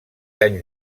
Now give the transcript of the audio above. anys